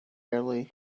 early